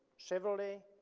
chevrolet,